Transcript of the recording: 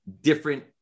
different